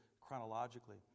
chronologically